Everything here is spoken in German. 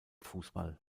fußball